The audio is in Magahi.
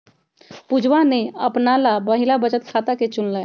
पुजवा ने अपना ला महिला बचत खाता के चुन लय